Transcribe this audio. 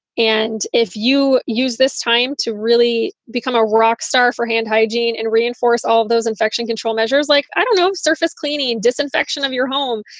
and if you use this time to really become a rock star for hand hygiene and reinforce all of those infection control measures like, i don't know, surface cleaning disinfection of your home,